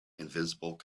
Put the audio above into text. invisible